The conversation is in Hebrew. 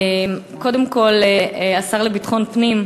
קודם כול, השר לביטחון פנים,